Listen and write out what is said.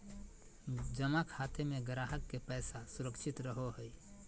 जमा खाते में ग्राहक के पैसा सुरक्षित रहो हइ